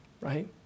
right